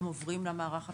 הם עוברים למערך הפרטי.